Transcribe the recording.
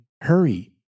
Hurry